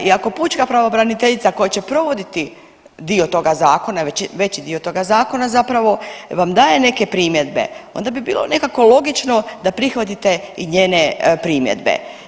I ako pučka pravobraniteljica koja će provoditi dio toga zakona, veći dio toga zakona zapravo vam daje neke primjedbe onda bi bilo nekako logično da prihvatite i njene primjedbe.